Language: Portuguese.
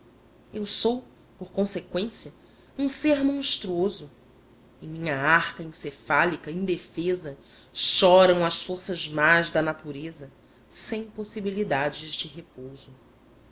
eu sou por conseqüência um ser monstruoso em minha arca encefálica indefesa choram as forças más da natureza sem possibilidades de repouso